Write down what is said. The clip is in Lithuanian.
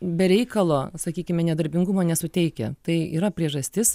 be reikalo sakykime nedarbingumo nesuteikia tai yra priežastis